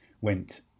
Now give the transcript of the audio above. went